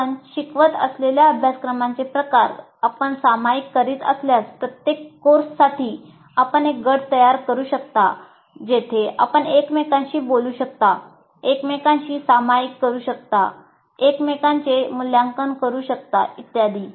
आपण शिकवत असलेल्या अभ्यासक्रमांचे प्रकार आपण सामायिक करीत असल्यास प्रत्येक कोर्ससाठी आपण एक गट तयार करू शकता जेथे आपण एकमेकांशी बोलू शकता एकमेकांशी सामायिक करू शकता एकमेकांचे मूल्यांकन करू शकता इत्यादी